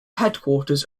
headquarters